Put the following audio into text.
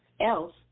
else